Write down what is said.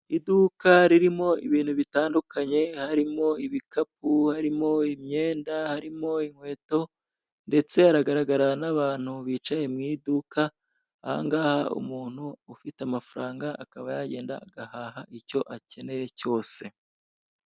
Iduka ririmo ibintu bitandukanye harimo ibikapu, harimo imyenda, harimo inkweto ndetse haragaragara n'abantu bicaye mu iduka; aha ngaha umuntu ufite amafaranga akaba yagenda agahaha icyo akeneye cyose.